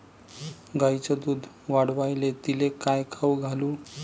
गायीचं दुध वाढवायले तिले काय खाऊ घालू?